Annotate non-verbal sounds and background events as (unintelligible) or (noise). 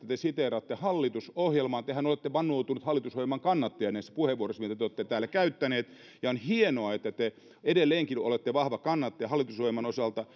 (unintelligible) te siteeraatte hallitusohjelmaa tehän olette vannoutunut hallitusohjelman kannattaja näissä puheenvuoroissa mitä te olette täällä käyttänyt ja on hienoa että te edelleenkin olette vahva kannattaja hallitusohjelman osalta (unintelligible)